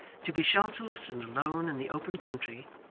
to be shelterless and alone in the open country,